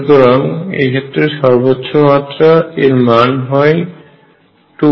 সুতরাং এক্ষেত্রে সর্বোচ্চ মাত্রা এর মান হয় 2